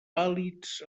vàlids